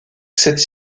cette